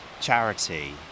charity